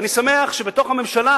ואני שמח שבתוך הממשלה